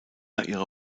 ihre